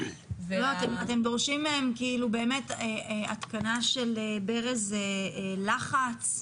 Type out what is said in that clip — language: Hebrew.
לא, אתם דורשים מהם באמת התקנה של ברז לחץ.